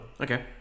Okay